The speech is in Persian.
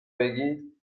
بگید